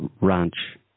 ranch